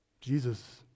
Jesus